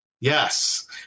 yes